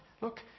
Look